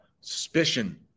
suspicion